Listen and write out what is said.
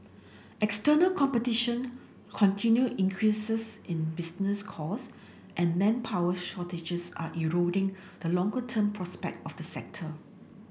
external competition continued increases in business cost and manpower shortages are eroding the longer term prospect of the sector